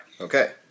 Okay